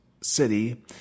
city